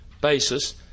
basis